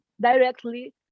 directly